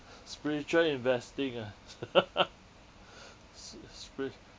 spiritual investing ah s~ spri~